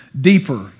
deeper